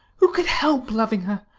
who could help loving her?